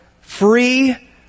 free